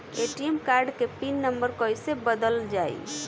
ATM card के pin number कईसे बदलल जाई?